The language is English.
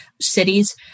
cities